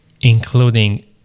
including